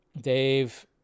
dave